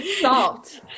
Salt